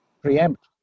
preempt